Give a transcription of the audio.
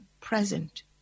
present